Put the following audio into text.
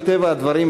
מטבע הדברים,